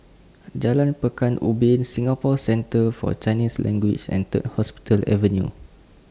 Jalan Pekan Ubin Singapore Centre For Chinese Language and Third Hospital Avenue